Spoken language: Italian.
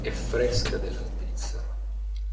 e fresca della svizzera